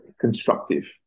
constructive